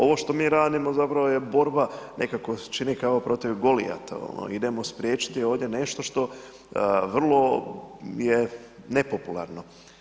Ovo što mi radimo je zapravo je borba, nekako se čini kao protiv Golijata, idemo spriječiti ovdje nešto što vrlo je nepopularno.